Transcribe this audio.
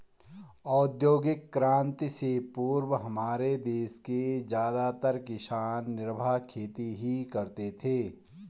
औद्योगिक क्रांति से पूर्व हमारे देश के ज्यादातर किसान निर्वाह खेती ही करते थे